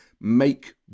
make